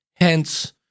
hence